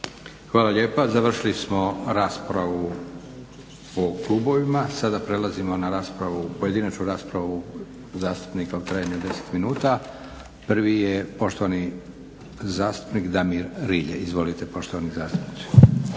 Hvala lijepa. Završili smo raspravu po klubovima. Sada prelazimo na pojedinačnu raspravu zastupnika u trajanju od 10 minuta. Prvi je poštovani zastupnik Damir Rilje. Izvolite poštovani zastupniče.